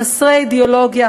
חסרי אידיאולוגיה,